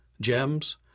Gems